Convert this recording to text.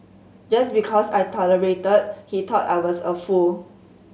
just because I tolerated he thought I was a fool